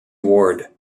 ward